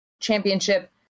championship